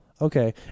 Okay